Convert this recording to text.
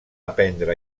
aprendre